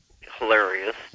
hilarious